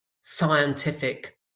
scientific